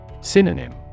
Synonym